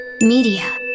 Media